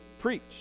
preach